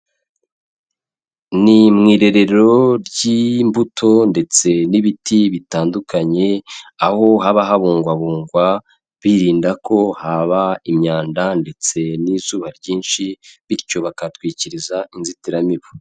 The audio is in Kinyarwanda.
Ni mu irerero ry'imbuto ndetse n'ibiti bitandukanye, aho haba habungwabungwa birinda ko haba imyanda ndetse n'izuba ryinshi bityo bakahatwikiriza inzitiramibu.